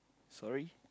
sorry